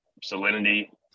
salinity